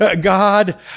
God